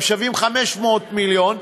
הם שווים 500 מיליון.